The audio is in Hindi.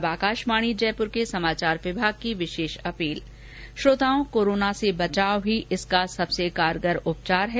और अब आकाशवाणी जयपुर के समाचार विभाग की विशेष अपील श्रोताओं कोरोना से बचाव ही इसका सबसे कारगर उपचार है